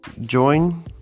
join